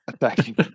attacking